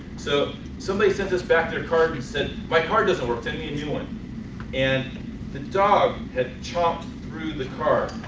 so somebody sent us back their card and said my card doesn't work send me a new one and the dog had chopped through the card.